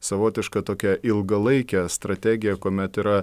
savotišką tokią ilgalaikę strategiją kuomet yra